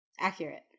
Accurate